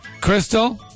Crystal